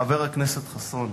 חבר הכנסת ישראל חסון.